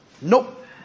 Nope